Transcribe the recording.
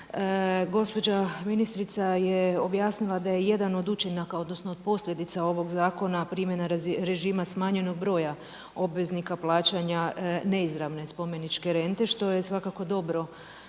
Gospođa ministrica je objasnila da je jedan od učinaka odnosno od posljedica ovog zakona primjena režima smanjenog broja obveznika plaćanja neizravne spomeničke rente što je svakako dobro